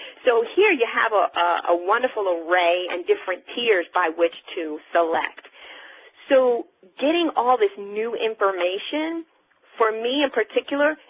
so here you have a ah wonderful array and different tiers by which to select so getting all this new information for me in particular,